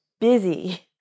busy